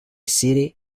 sri